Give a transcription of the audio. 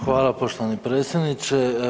Hvala poštovani predsjedniče.